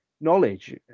knowledge